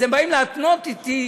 אז הם באים להתנות אתי.